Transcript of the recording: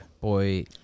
Boy